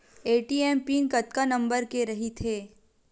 ATM PIN कतका number के रही थे?